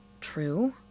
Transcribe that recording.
true